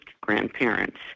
grandparents